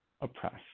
oppressed